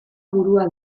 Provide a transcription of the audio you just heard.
burua